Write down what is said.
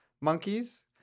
monkeys